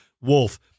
wolf